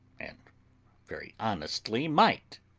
and very honestly might.